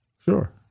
Sure